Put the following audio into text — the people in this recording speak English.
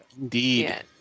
Indeed